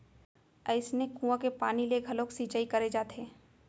अइसने कुँआ के पानी ले घलोक सिंचई करे जाथे